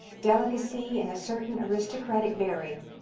delicacy and a certain aristrocratic bearing,